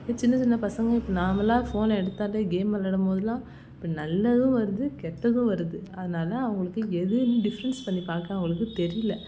இப்போ சின்ன சின்ன பசங்கள் இப்போ நார்மலாக ஃபோனை எடுத்தாலே கேம் வெளாடும் போதெல்லாம் இப்போ நல்லதும் வருது கெட்டதும் வருது அதனால் அவங்களுக்கு எதுன்னு டிஃப்ரெண்ட்ஸ் பண்ணி பார்க்க அவங்களுக்கு தெரியல